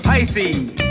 Pisces